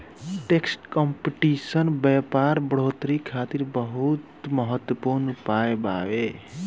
tax competition व्यापार बढ़ोतरी खातिर बहुत महत्वपूर्ण उपाय बावे